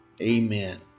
Amen